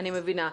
אני מבינה.